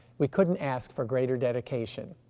we couldn't ask for greater dedication.